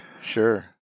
Sure